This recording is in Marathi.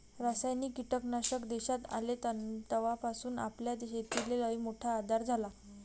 रासायनिक कीटकनाशक देशात आले तवापासून आपल्या शेतीले लईमोठा आधार झाला